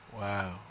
Wow